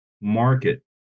market